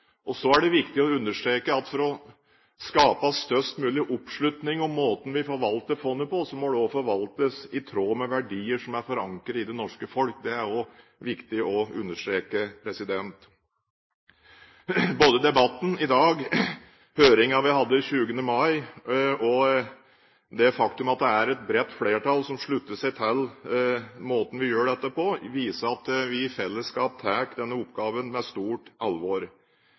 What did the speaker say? generasjoner. Så er det viktig å understreke at for å skape størst mulig oppslutning om måten vi forvalter fondet på, må det også forvaltes i tråd med verdier som er forankret i det norske folk. Det er det viktig å understreke. Debatten i dag, høringen vi hadde 20. mai, og det faktum at det er et bredt flertall som slutter seg til måten vi gjør dette på, viser at vi i fellesskap tar denne oppgaven med stort alvor.